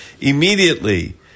Immediately